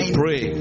pray